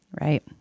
Right